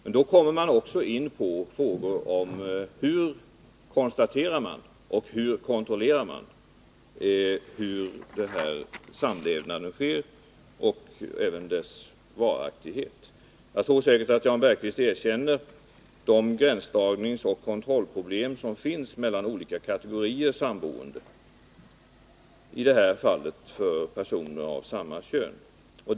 Men då kommer man också in på frågor om hur man kan konstatera att samlevnaden sker och hur man kan kontrollera den, liksom också dess varaktighet. Jag tror säkert att Jan Bergqvist erkänner att det finns gränsdragningsoch kontrollproblem beträffande olika kategorier av samboende, i det här fallet när det gäller personer av samma kön.